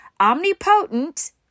omnipotent